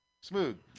smooth